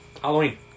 Halloween